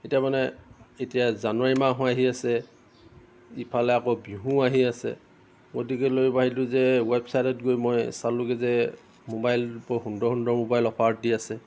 এতিয়া মানে এতিয়া জানুৱাৰী মাহো আহি আছে ইফালে আকৌ বিহুও আহি আছে গতিকে লৈ ভাবিলোঁ যে ৱেৱচাইটত গৈ মই চালোঁগৈ যে মোবাইল বৰ সুন্দৰ সুন্দৰ মোবাইল অফাৰত দি আছে